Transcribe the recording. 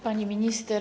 Pani Minister!